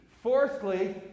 Fourthly